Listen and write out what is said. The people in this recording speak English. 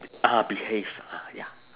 ah behave ah ya